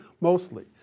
Mostly